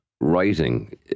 Writing